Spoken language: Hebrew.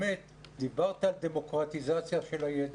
ודיברת על דמוקרטיזציה של הידע,